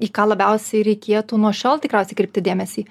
į ką labiausiai reikėtų nuo šiol tikriausiai kreipti dėmesį